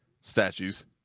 Statues